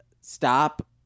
stop